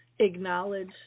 acknowledge